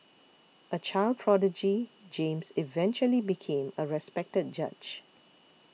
a child prodigy James eventually became a respected judge